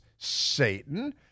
Satan